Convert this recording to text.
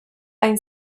hain